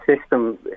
system